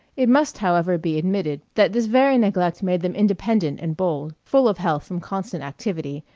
it must, however, be admitted, that this very neglect made them independent and bold, full of health from constant activity,